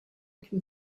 can